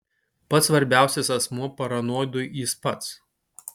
pats svarbiausias asmuo paranoidui jis pats